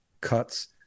cuts